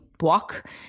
walk